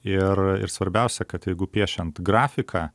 ir ir svarbiausia kad jeigu piešiant grafiką